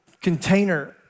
container